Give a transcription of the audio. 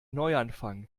neuanfang